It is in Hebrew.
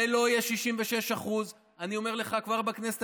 זה לא יהיה 66%. אני אומר לך שכבר בכנסת